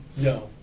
No